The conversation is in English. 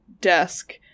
desk